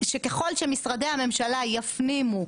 שככל שמשרדי הממשלה יפנימו